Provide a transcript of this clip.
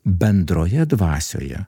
bendroje dvasioje